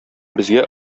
безгә